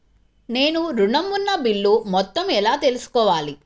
నేను ఋణం ఉన్న బిల్లు మొత్తం ఎలా తెలుసుకోవాలి?